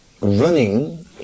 running